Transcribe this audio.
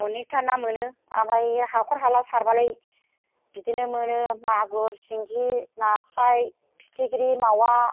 अनेकथा ना मोनो ओमफ्राय हाखर हाला सारबालाय बिदिनो मोनो मागुर सिंगि नास्राइ फिथिख्रि मावा